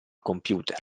computer